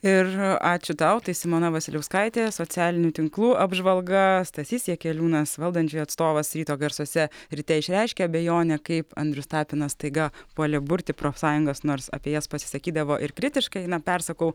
ir ačiū tau tai simona vasiliauskaitė socialinių tinklų apžvalga stasys jakeliūnas valdančiųjų atstovas ryto garsuose ryte išreiškė abejonę kaip andrius tapinas staiga puolė burti profsąjungas nors apie jas pasisakydavo ir kritiškai na persakau